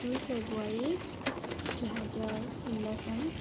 দুই ফেব্ৰুৱাৰী দুহেজাৰ ষোল্ল চন